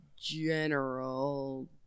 general